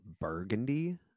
burgundy